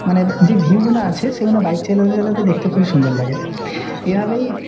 মানে যে ভিউগুলো আছে সেগুলো বাইক চালাতে চালাতে দেখতে খুবই সুন্দর লাগে এভাবেই